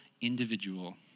individual